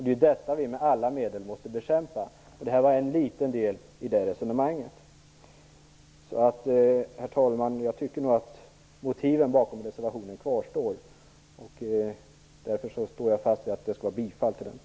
Det är detta vi med alla medel måste bekämpa, och det här är en liten del av det resonemanget. Så jag tycker nog, herr talman, att motiven bakom reservationen kvarstår. Därför står jag fast vid att yrka bifall till denna.